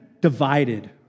divided